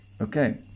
Okay